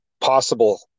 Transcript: possible